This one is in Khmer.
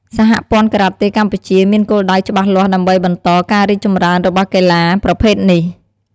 សហព័ន្ធការ៉ាតេកម្ពុជាមានគោលដៅច្បាស់លាស់ដើម្បីបន្តការរីកចម្រើនរបស់កីឡាប្រភេទនេះ។